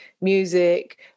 music